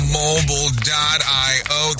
mobile.io